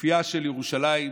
יופייה של ירושלים,